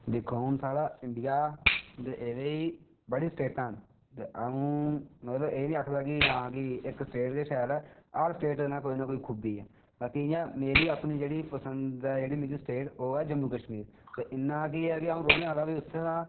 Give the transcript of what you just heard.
दिक्खो हून साढ़ा इंडिया एह्दे ई बड़ियां स्टेटां न ते अंऊ एह् निं आक्खदा कि इक्क स्टेट गै शैल ऐ हर स्टेटें दी कोई ना कोई खूबी ऐ ते अपनी जेह्ड़ी मिगी पसंद ऐ स्टेट ओह् ऐ जम्मू कशमीर इन्ना ऐ कि अंऊ रौह्ने आह्ला बी उत्थें दा